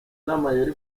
n’amayeri